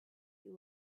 you